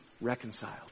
reconciled